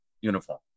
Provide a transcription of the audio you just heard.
uniform